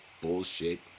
bullshit